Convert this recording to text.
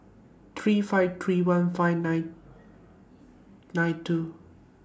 three five three one five nine nine two